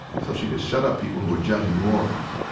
so she could shut up people who were judging new orleans.